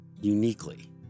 uniquely